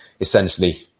essentially